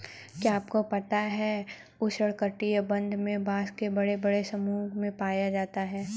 क्या आपको पता है उष्ण कटिबंध में बाँस बड़े बड़े समूहों में पाया जाता है?